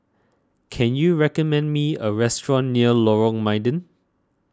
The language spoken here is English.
can you recommend me a restaurant near Lorong Mydin